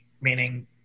meaning